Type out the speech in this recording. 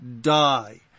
die